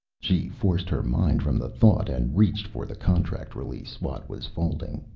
she forced her mind from the thought and reached for the contract release watt was folding.